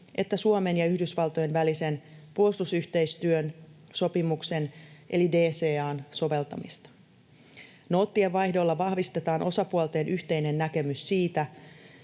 että Suomen ja Yhdysvaltojen välisen puolustusyhteistyön sopimuksen eli DCA:n soveltamista. Noottienvaihdolla vahvistetaan osapuolten yhteinen näkemys siitä,